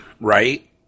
right